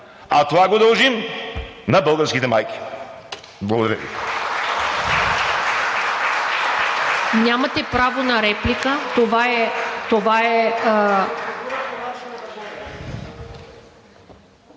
А това го дължим на българските майки. Благодаря.